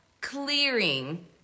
clearing